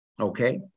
okay